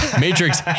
Matrix